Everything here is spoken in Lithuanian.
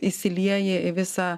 įsilieji į visą